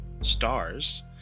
stars